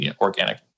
organic